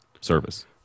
service